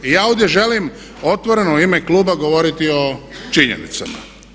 I ja ovdje želim otvoreno u ime kluba govoriti o činjenicama.